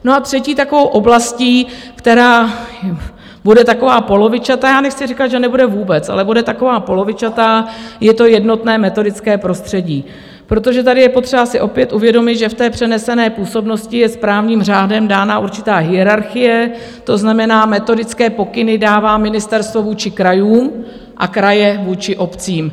A třetí takovou oblastí, která bude taková polovičatá já nechci říkat, že nebude vůbec, ale bude taková polovičatá je jednotné metodické prostředí, protože tady je potřeba si opět uvědomit, že v přenesené působnosti je správním řádem dána určitá hierarchie, to znamená, metodické pokyny dává ministerstvo vůči krajům a kraje vůči obcím.